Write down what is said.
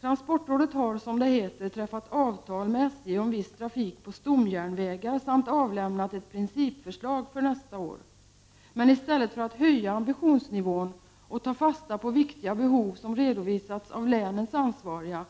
Transportrådet har, som det heter, träffat avtal med SJ om viss trafik på stomjärnvägar samt avlämnat ett principförslag för nästa år. Men i stället för att höja ambitionsnivån och ta fasta på viktiga behov som redovisats av länens ansvariga